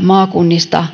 maakunnista